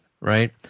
Right